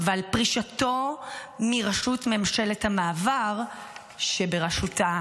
ועל פרישתו מראשות ממשלת המעבר שבראשותה